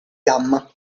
gamma